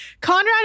Conrad